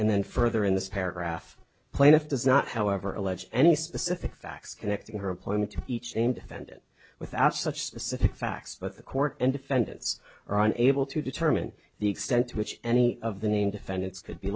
and then further in this paragraph plaintiff does not however allege any specific facts connecting her employment to each and found it without such specific facts but the court and defendants are unable to determine the extent to which any of the name defendants could be